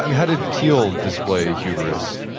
and how did thiel display hubris?